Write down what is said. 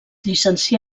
llicencià